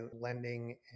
lending